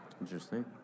Interesting